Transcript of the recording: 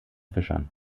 fischern